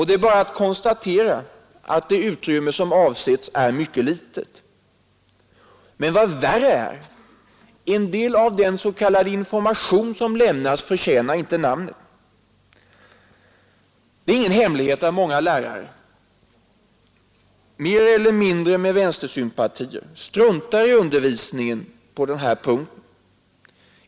Det är bara att konstatera att det utrymme som avsatts är för litet. Men vad värre är: en del av den s.k. informationen förtjänar inte namnet. Det är ingen hemlighet att många lärare med större eller mindre vänstersympatier struntar i undervisningen på denna punkt.